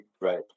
right